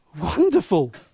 Wonderful